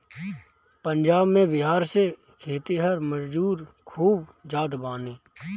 पंजाब में बिहार से खेतिहर मजूर खूब जात बाने